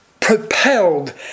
propelled